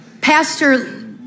Pastor